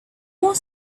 more